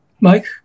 Mike